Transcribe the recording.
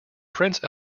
prince